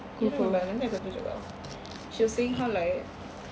you don't remember nanti aku tunjuk kau she was saying how like